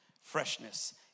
freshness